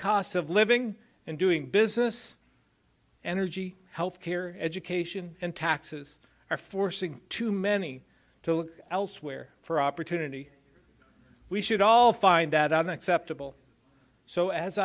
costs of living and doing business energy health care education and taxes are forcing too many to elsewhere for opportunity we should all find that unacceptable so as